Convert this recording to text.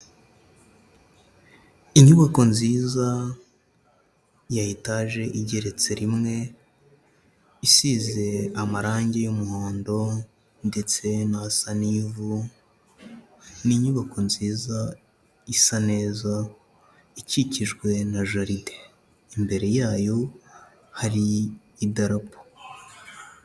Inyubako nziza ya etaje igeretse rimwe, isize amarangi y'umuhondo ndetse n'asa n'ivu, ni inyubako nziza isa neza, ikikijwe na jaride. Imbere yayo hari idarapo.